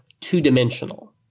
two-dimensional